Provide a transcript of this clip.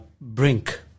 brink